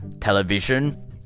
television